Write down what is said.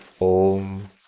Om